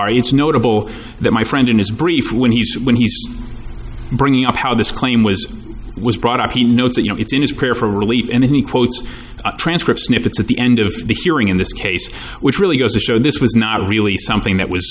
are it's notable that my friend in his brief when he said when he's bringing up how this claim was was brought up he knows that you know it's in his care for relief and he quotes transcription if it's at the end of the hearing in this case which really goes to show this was not really something that was